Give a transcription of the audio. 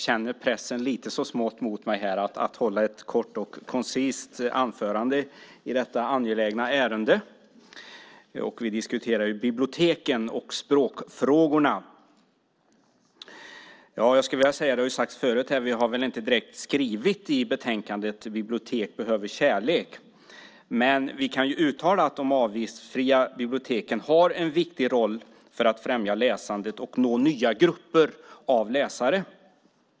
Herr talman! Jag känner lite grann pressen att hålla ett kort och koncist anförande i detta angelägna ärende, och vi diskuterar biblioteken och språkfrågorna. Jag skulle vilja säga, vilket har sagts här förut, att vi i betänkandet inte direkt har skrivit att bibliotek behöver kärlek. Men vi kan uttala att de avgiftsfria biblioteken har en viktig roll för att främja läsandet och nå nya grupper av läsare.